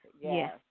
Yes